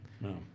no